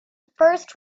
first